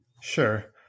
Sure